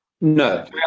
No